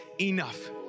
enough